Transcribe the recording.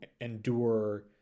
endure